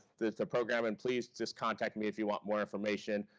the the program, and please just contact me if you want more information.